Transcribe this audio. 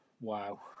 wow